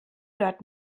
dort